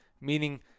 meaning